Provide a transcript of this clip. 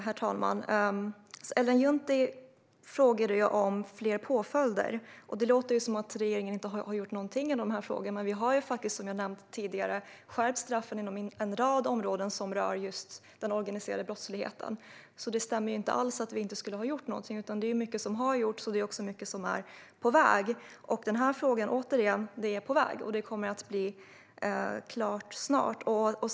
Herr talman! Ellen Juntti frågade om fler påföljder, och det låter som om regeringen inte har gjort någonting i dessa frågor. Vi har ju faktiskt, som jag nämnt tidigare, skärpt straffen inom en rad områden som rör just den organiserade brottsligheten. Det stämmer alltså inte alls att vi inte skulle ha gjort någonting - mycket har gjorts, och mycket är på väg. Även i denna fråga är det på väg och kommer snart att bli klart.